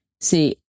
see